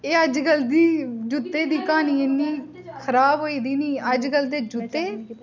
एह् अज्जकल दी जूते दी क्हानी इन्नी खराब होई दी नी अज्जकल दे जूते